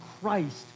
Christ